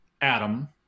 Adam